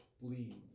bleeds